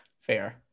fair